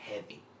heavy